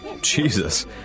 Jesus